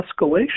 escalation